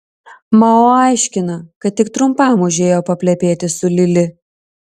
mao aiškina kad tik trumpam užėjo paplepėti su lili